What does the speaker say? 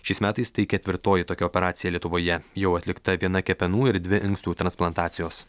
šiais metais tai ketvirtoji tokia operacija lietuvoje jau atlikta viena kepenų ir dvi inkstų transplantacijos